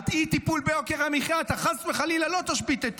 על אי-טיפול ביוקר המחיה אתה חס וחלילה לא תשבית את